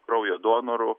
kraujo donorų